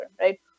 right